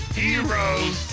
heroes